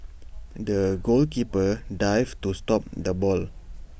the goalkeeper dived to stop the ball